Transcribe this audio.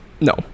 No